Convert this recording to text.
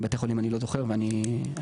בתי חולים אני לא זוכר ואני אשלים.